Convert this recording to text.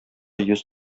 йөз